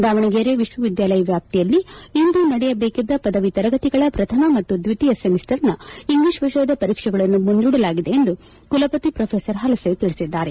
ದಾವಣಗೆರೆ ವಿಶ್ವವಿದ್ದಾಲಯ ವ್ಯಾಪ್ತಿಯಲ್ಲಿ ಇಂದು ನಡೆಯಬೇಕಿದ್ದ ಪದವಿ ತರಗತಿಗಳ ಪ್ರಥಮ ಮತ್ತು ದ್ವಿತೀಯ ಸೆಮಿಸ್ಟರ್ನ ಇಂಗ್ಲೀಷ್ ವಿಷಯದ ಪರೀಕ್ಷೆಗಳನ್ನು ಮುಂದೂಡಲಾಗಿದೆ ಎಂದು ಕುಲಪತಿ ಪ್ರೊಫೆಸರ್ ಹಲಸೆ ತಿಳಿಸಿದ್ದಾರೆ